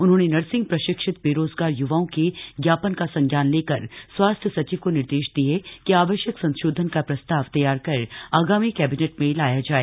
उन्होंने नर्सिंग प्रशिक्षित बेरोजगार य्वाओं के ज्ञापन का संज्ञान लेकर स्वास्थ्य सचिव को निर्देश दिए कि आवश्यक संशोधन का प्रस्ताव तथ्यार कर आगामी कबिनेट में लाया जाए